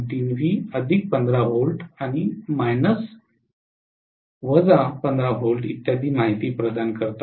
3 V 15 volt 15 volt इत्यादी माहिती प्रदान करतात